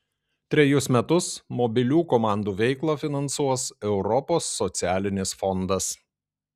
trejus metus mobilių komandų veiklą finansuos europos socialinis fondas